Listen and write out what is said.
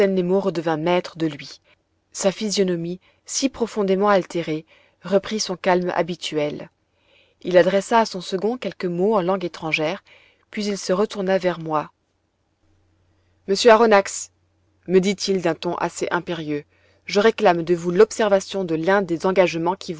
capitaine nemo redevint maître de lui sa physionomie si profondément altérée reprit son calme habituel il adressa à son second quelques mots en langue étrangère puis il se retourna vers moi monsieur aronnax me dit-il d'un ton assez impérieux je réclame de vous l'observation de l'un des engagements qui